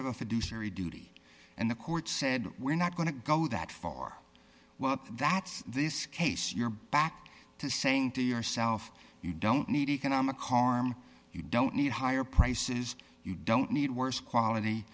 fiduciary duty and the court said we're not going to go that far that's this case you're back to saying to yourself you don't need economic harm you don't need higher prices you don't need worse quality